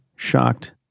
shocked